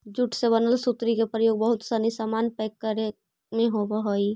jute से बनल सुतरी के प्रयोग बहुत सनी सामान पैक करे में होवऽ हइ